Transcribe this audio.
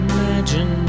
Imagine